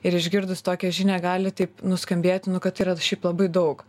ir išgirdus tokią žinią gali taip nuskambėti nu kad yra šiaip labai daug